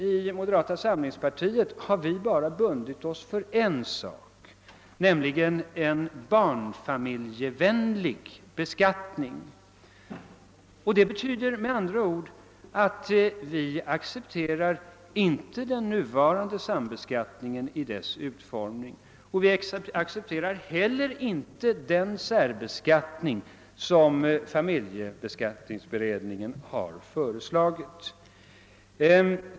I moderata samlingspartiet har vi bara bundit oss för en sak, nämligen för en barnfamiljvänlig beskattning. Detta betyder med andra ord att vi inte accepterar den nuvarande <sambeskattningens utformning och heller inte den särbeskattning som familjeskatteberedningen har föreslagit.